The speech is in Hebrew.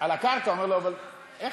על הקרקע, הוא אומר לו: אבל איך